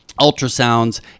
ultrasounds